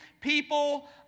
people